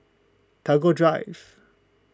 Tagore Drive